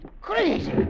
crazy